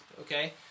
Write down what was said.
Okay